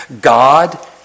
God